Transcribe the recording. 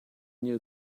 new